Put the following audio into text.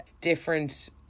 different